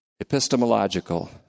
epistemological